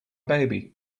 baby